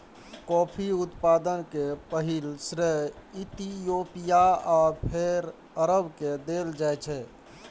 coffee उत्पादन के पहिल श्रेय इथियोपिया आ फेर अरब के देल जाइ छै